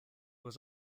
was